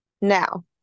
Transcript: Now